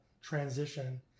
transition